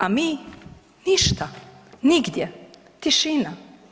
A mi ništa, nigdje, tišina.